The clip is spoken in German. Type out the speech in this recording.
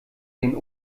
den